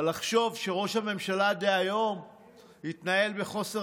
אבל לחשוב שראש הממשלה דהיום התנהל בחוסר